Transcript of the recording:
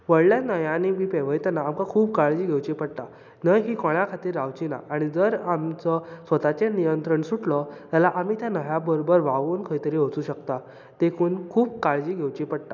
व्हडल्या न्हयांनी बी पेंवयतना आमकां खूब काळजी घेवची पडटा न्हंय ही कोणा खातीर रावची ना आनी जर आमचो स्वताचेर नियंत्रण सुटलो जाल्यार आमी त्या न्हंया बरोबर व्हांवून खंय तरी वचूंत शकता देखून खूब काळजी घेवची पडटा